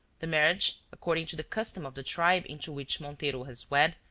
the marriage, according to the custom of the tribe into which montero has wed,